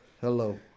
Hello